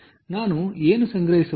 ಆದ್ದರಿಂದ ನಾನು ಏನು ಸಂಗ್ರಹಿಸಬಹುದು